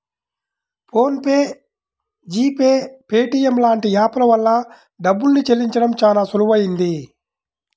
phone pay, GPay, Paytm లాంటి app ల వల్ల డబ్బుల్ని చెల్లించడం చానా సులువయ్యింది